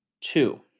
two